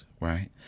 Right